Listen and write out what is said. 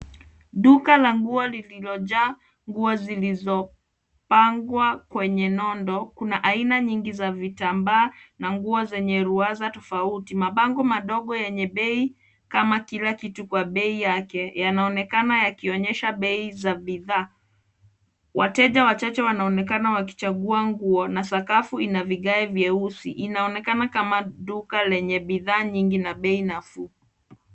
Duka la nguo lililojaa nguo zilizopangwa kwenye nondo. Kuna aina nyingi za vitambaa na nguo zenye ruwaza tofauti. Mabango madogo yenye bei kama kila kitu kwa bei yake yanaonekana yakionyesha bei za bidhaa. Wateja wachache wanaonekana wakichagua nguo na sakafu ina vigae vyeusi. Inaonekana kama duka lenye bidhaa nyingi na bei nafuu.